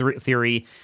theory